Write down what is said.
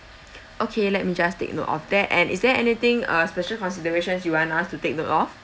okay let me just take note of that and is there anything uh special considerations you want us to take note of